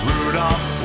Rudolph